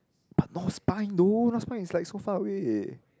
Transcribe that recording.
but no spine though non spine is like so far away